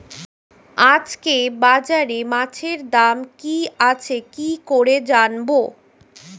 আজকে বাজারে মাছের দাম কি আছে কি করে জানবো?